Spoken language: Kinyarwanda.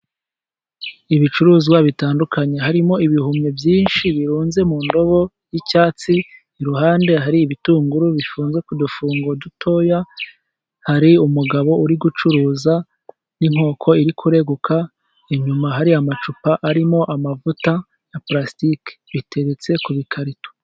Ibicuruzwa bitandukanye harimo ibihumyo byinshi, birunze mu ndobo y'icyatsi, iruhande hari ibitunguru bifunze udufungo dutoya, hari umugabo uri gucuruza n'inkoko iri kureguka, inyuma hariyo amacupa arimo amavuta ya palastiki biteretse ku bikarito.